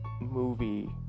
movie